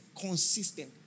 consistent